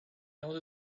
order